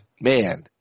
man